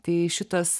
tai šitas